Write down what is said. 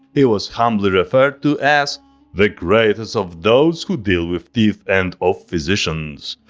he was humbly referred to as the greatest of those who deal with teeth, and of physicians.